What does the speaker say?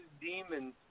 Demons